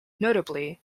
notably